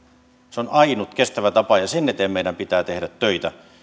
se on ainut kestävä tapa ja sen eteen meidän pitää tehdä töitä